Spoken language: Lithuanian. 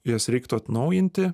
jas reiktų atnaujinti